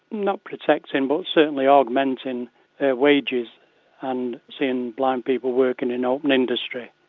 not protecting, but certainly augmenting their wages and seeing blind people working in open industry,